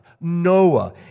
Noah